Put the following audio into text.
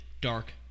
Dark